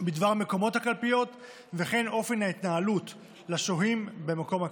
בדבר מקומות הקלפיות וכן אופי ההתנהלות לשוהים במקום הקלפי.